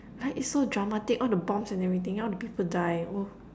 right it's so dramatic all the bombs and everything all the people die !woah!